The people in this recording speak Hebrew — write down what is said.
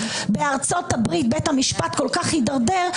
בארצות הברית בית המשפט כל כך הידרדר,